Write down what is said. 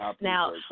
Now